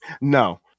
No